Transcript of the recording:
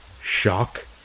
Shock